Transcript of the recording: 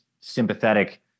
sympathetic